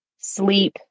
Sleep